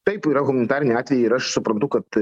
taip yra humanitariniai atvejai ir aš suprantu kad